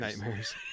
Nightmares